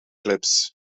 clips